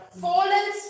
fallen